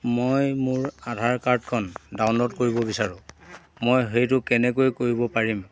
মই মোৰ আধাৰ কাৰ্ডখন ডাউনল'ড কৰিব বিচাৰো মই সেইটো কেনেকৈ কৰিব পাৰিম